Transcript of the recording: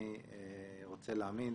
אני רוצה להאמין,